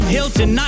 Hilton